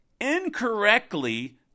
incorrectly